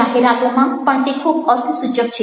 જાહેરાતોમાં પણ તે ખૂબ અર્થસૂચક છે